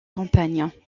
campagnes